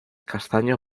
castaño